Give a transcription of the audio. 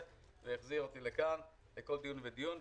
והחזיר אותי לכאן לכל דיון ודיון,